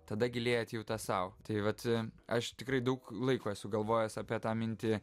tada giliėja atjauta sau tai vat aš tikrai daug laiko esu galvojęs apie tą mintį